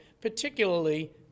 particularly